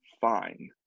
fine